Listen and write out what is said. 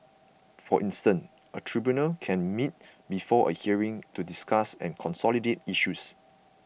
for instance a tribunal can meet before a hearing to discuss and consolidate issues